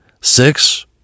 Six